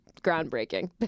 groundbreaking